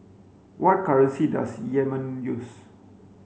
what currency does Yemen use